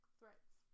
threats